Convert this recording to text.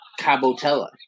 Cabotella